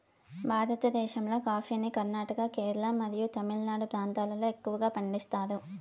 భారతదేశంలోని కాఫీని కర్ణాటక, కేరళ మరియు తమిళనాడు ప్రాంతాలలో ఎక్కువగా పండిస్తారు